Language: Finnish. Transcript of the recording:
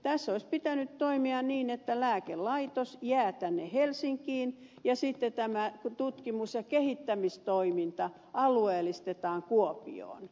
tässä olisi pitänyt toimia niin että lääkelaitos jää tänne helsinkiin ja sitten tämä tutkimus ja kehittämistoiminta alueellistetaan kuopioon